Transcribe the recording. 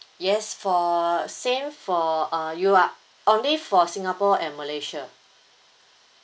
yes for same for uh you're only for singapore and malaysia